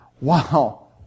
wow